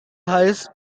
highest